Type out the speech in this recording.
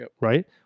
right